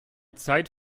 zeit